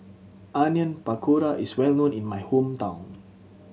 Onion Pakora is well known in my hometown